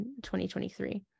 2023